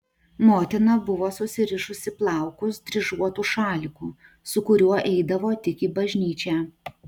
motina buvo susirišusi plaukus dryžuotu šaliku su kuriuo eidavo tik į bažnyčią